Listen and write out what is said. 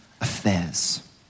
affairs